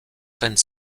scènes